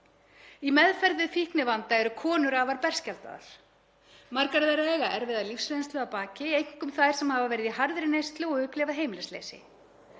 Í meðferð við fíknivanda eru konur afar berskjaldaðar. Margar þeirra eiga erfiða lífsreynslu að baki, einkum þær sem hafa verið í harðri neyslu og upplifað heimilisleysi.